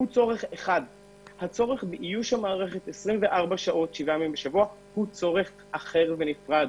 הצורך באיוש המערכת 24 שעות שבעה ימים בשבוע הוא צורך אחר ונפרד.